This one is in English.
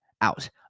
out